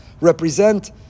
represent